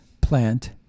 plant